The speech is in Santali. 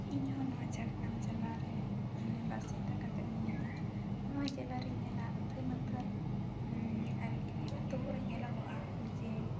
ᱤᱧᱦᱚᱸ ᱱᱚᱣᱟ ᱡᱷᱟᱲᱜᱨᱟᱢ ᱡᱮᱞᱟᱨᱮ ᱵᱟᱥᱤᱱᱫᱟ ᱠᱟᱛᱮᱫ ᱢᱤᱱᱟᱹᱧᱟ ᱱᱚᱣᱟ ᱡᱮᱞᱟᱨᱤᱧ ᱧᱮᱞᱟ ᱟᱹᱛᱷᱟᱹᱱ ᱟᱹᱛᱷᱟᱹᱱ ᱟᱨᱠᱤ ᱟᱹᱛᱩ ᱠᱚᱨᱮ ᱧᱮᱞᱚᱜᱚᱜᱼᱟ ᱡᱮ